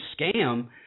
scam –